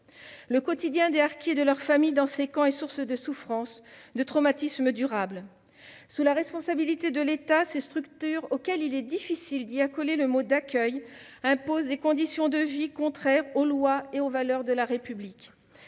le quotidien des harkis et de leurs familles est fait de souffrances et de traumatismes durables. Sous la responsabilité de l'État, ces structures, auxquelles il est difficile d'accoler le mot d'accueil, imposent des conditions de vie contraires aux lois et aux valeurs de la République.